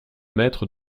mètres